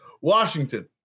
Washington